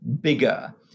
bigger